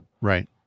Right